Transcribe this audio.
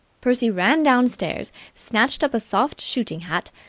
percy ran downstairs, snatched up a soft shooting-hat,